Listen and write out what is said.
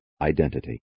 Identity